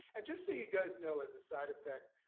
and just see you guys know as a side effect.